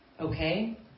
Okay